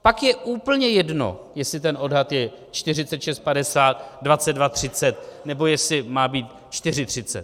Pak je úplně jedno, jestli ten odhad je 46,50, 22,30, nebo jestli má být 4,30.